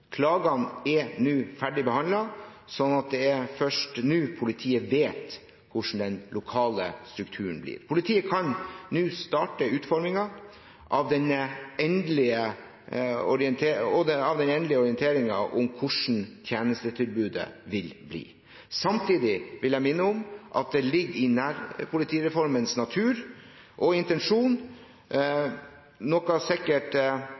Klagene er nå ferdig behandlet, sånn at det er først nå politiet vet hvordan den lokale strukturen blir. Politiet kan nå starte utformingen av den endelige orienteringen om hvordan tjenestetilbudet vil bli. Samtidig vil jeg minne om at det ligger i nærpolitireformens natur og intensjon, noe sikkert